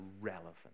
irrelevant